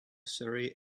surrey